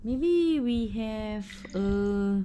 maybe we have a